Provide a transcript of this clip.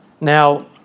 Now